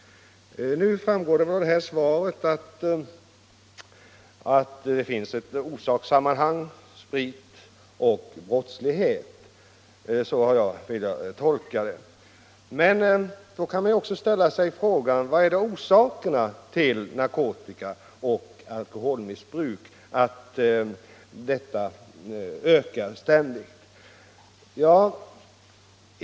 Nu framgår det emellertid av dagens svar att det finns ett orsakssammanhang mellan sprit och brottslighet. I varje fall har jag tolkat svaret så. Och då kan man ju ställa frågan vad orsaken kan vara till det ständigt ökade bruket av narkotika och alkohol.